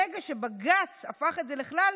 ברגע שבג"ץ הפך את זה לכלל,